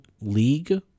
league